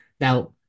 Now